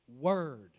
word